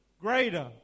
greater